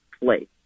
place